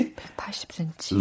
180cm